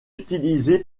utilisé